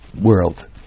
world